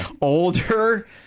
Older